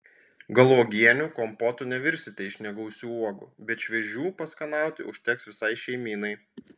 gal uogienių kompotų nevirsite iš negausių uogų bet šviežių paskanauti užteks visai šeimynai